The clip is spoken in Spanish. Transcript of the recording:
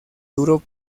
duro